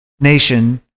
nation